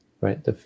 Right